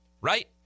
right